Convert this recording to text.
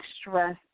stress